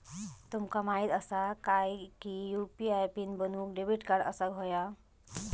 तुमका माहित असा काय की यू.पी.आय पीन बनवूक डेबिट कार्ड असाक व्हयो